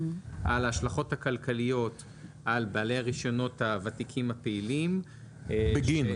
על ההשלכות הכלכליות על בעלי הרישיונות הוותיקים הפעילים -- בגין.